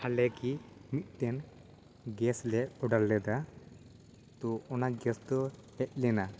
ᱦᱟᱞᱮ ᱜᱮ ᱢᱤᱫᱴᱮᱱ ᱜᱮᱥ ᱞᱮ ᱳᱰᱟᱨ ᱞᱮᱫᱟ ᱛᱚ ᱚᱱᱟ ᱜᱮᱥ ᱫᱚ ᱦᱮᱡ ᱞᱮᱱᱟ